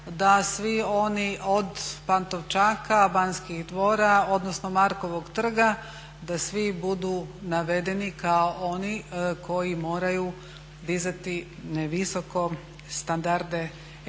da svi oni od Pantovčaka, Banskih dvora odnosno Markovog trga, da svi budu navedeni kao oni koji moraju dizati visoko standarde